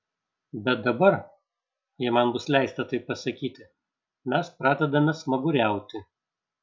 bet dabar jei man bus leista taip pasakyti mes pradedame smaguriauti